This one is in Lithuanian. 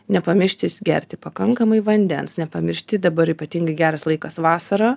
nepamirštis gerti pakankamai vandens nepamiršti dabar ypatingai geras laikas vasarą